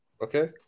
okay